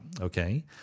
okay